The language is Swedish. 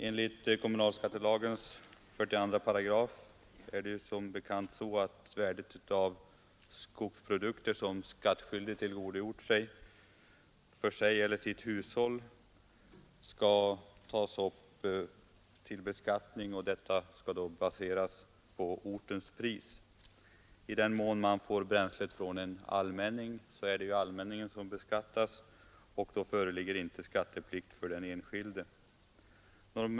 Enligt kommunalskattelagen 42 § är det som bekant så, att värdet av skogsprodukt som skattskyldig tillgodogjort sig för sig eller sitt hushåll skall tas upp till beskattning, baserat på ortens pris. I den mån man får bränslet från en allmänning är det ju allmänningen som beskattas, och då föreligger inte skatteplikt för den enskilde.